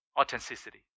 authenticity